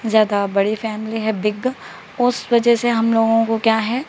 زیادہ بڑی فیملی ہے بگ اس وجہ سے ہم لوگوں کو کیا ہے